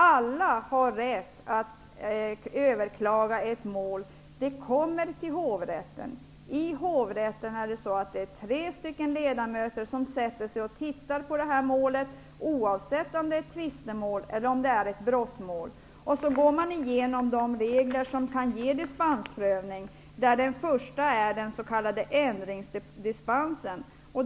Alla har rätt att överklaga ett mål. Det kommer till hovrätten. I hovrätten sätter sig tre ledamöter och tittar på målet, oavsett om det är ett tvistemål eller ett brottmål. Man går igenom de regler som kan medföra dispensprövning. Den första regeln gäller ändringsdispens.